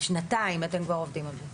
שנתיים אתם כבר עובדים על זה.